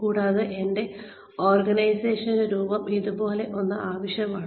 കൂടാതെ എനിക്ക് എന്റെ ഓർഗനൈസേഷന്റെ രൂപം ഇത് പോലെ ഒന്ന് ആവശ്യമാണ്